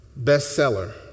bestseller